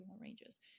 ranges